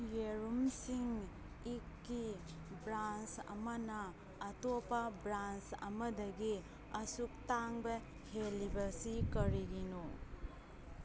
ꯌꯦꯔꯨꯝꯁꯤꯡ ꯏꯛꯀꯤ ꯕ꯭ꯔꯥꯟꯁ ꯑꯃꯅ ꯑꯇꯣꯞꯄ ꯕ꯭ꯔꯥꯟꯁ ꯑꯃꯗꯒꯤ ꯑꯁꯨꯛ ꯇꯥꯡꯕ ꯍꯦꯜꯂꯤꯕꯁꯤ ꯀꯔꯤꯒꯤꯅꯣ